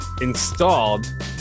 installed